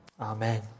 Amen